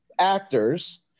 actors